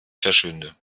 verschwinde